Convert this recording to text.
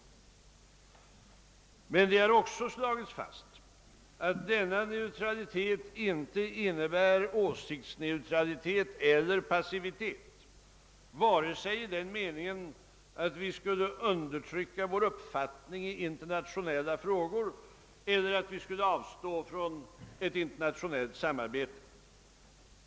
Men vi har också slagit fast, att denna neutralitet inte innebär åsiktsneutralitet eller passivitet, vare sig i den meningen att vi skulle undertrycka vår uppfattning i internationella frågor eller att vi skulle avstå från ett internationellt samarbete.